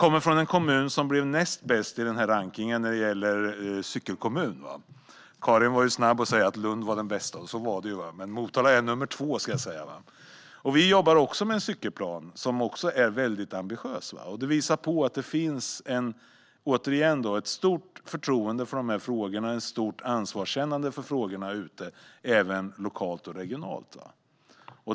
Min kommun blev näst bäst i rankningen av cykelkommuner. Karin Svensson Smith var snabb med att säga att Lund var den bästa, och så var det, men Motala är tvåa. Vi jobbar också med en cykelplan som är väldigt ambitiös, och det visar att det finns ett stort förtroende och ansvarskännande för de här frågorna även lokalt och regionalt.